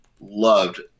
loved